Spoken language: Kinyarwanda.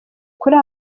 kuri